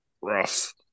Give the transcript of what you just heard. Rough